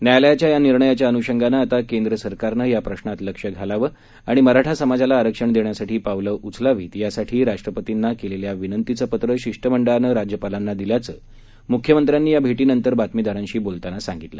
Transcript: न्यायालयाच्या या निर्णयाच्या अनुषंगानं आता केंद्र सरकारनं या प्रशात लक्ष घालावं आणि मराठा समाजाला आरक्षण देण्यासाठी पावलं उचलावित यासाठी राष्ट्रपर्तींना केलेल्या विनंतीचं पत्र शिष्टमंडळानं राज्यपालाना दिल्याचं मुख्यमंत्र्यांनी या भेटीनंतर बातमीदारांशी बोलताना सांगितलं